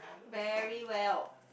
very well